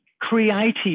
creative